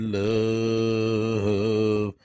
love